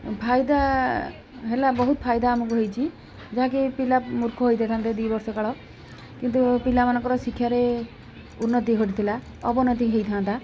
ଫାଇଦା ହେଲା ବହୁତ ଫାଇଦା ଆମକୁ ହେଇଛି ଯାହାକି ପିଲା ମୂର୍ଖ ହୋଇଥାନ୍ତେ ଦୁଇ ବର୍ଷ କାଳ କିନ୍ତୁ ପିଲାମାନଙ୍କର ଶିକ୍ଷାରେ ଉନ୍ନତି ଘଟିଥିଲା ଅବନତି ହେଇଥାନ୍ତା